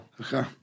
Okay